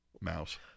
mouse